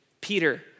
Peter